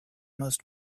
most